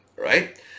Right